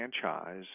franchise